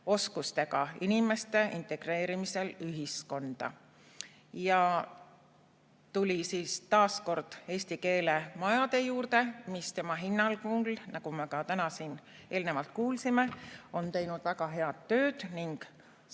võtmeoskus inimeste integreerimisel ühiskonda. Ta tuli siis taas kord eesti keele majade juurde, mis tema hinnangul, nagu me ka täna siin eelnevalt kuulsime, on teinud väga head tööd ning